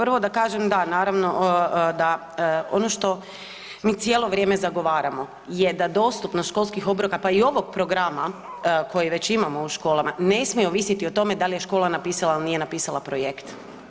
Prvo da kažem, da naravno da ono što mi cijelo vrijeme zagovaramo je da dostupnost školskih obroka, pa i ovog programa koji već imamo u školama ne smije ovisiti o tome da li je škola napisala ili nije napisala projekt.